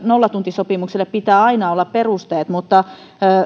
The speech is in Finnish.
nollatuntisopimukselle pitää aina olla perusteet mutta